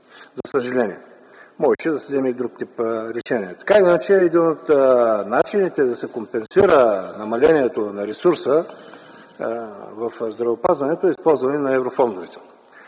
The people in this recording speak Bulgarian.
за съжаление. Можеше да се вземе и друг тип решение. Така или иначе един от начините да се компенсира намалението на ресурса в здравеопазването е използване на еврофондовете